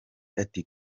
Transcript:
ati